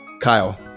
Kyle